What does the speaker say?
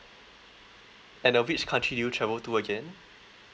and uh which country you travel to again